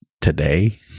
today